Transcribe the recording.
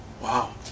Wow